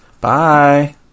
Bye